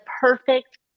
perfect